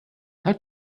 how